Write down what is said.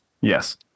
Yes